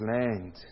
land